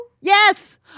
Yes